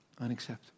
Unacceptable